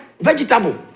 vegetable